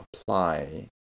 apply